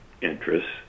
interests